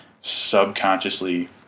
subconsciously